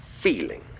feeling